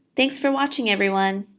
thanks for watching, everyone.